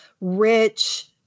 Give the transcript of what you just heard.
rich